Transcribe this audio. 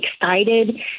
excited